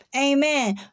amen